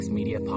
Media